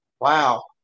Wow